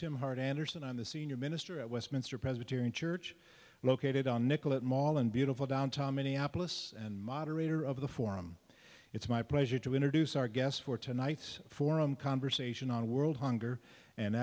tim hart anderson i'm the senior minister at westminster presbyterian church located on nicollet mall in beautiful downtown minneapolis and moderator of the forum it's my pleasure to introduce our guests for tonight's forum conversation on world hunger and